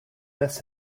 miss